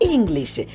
English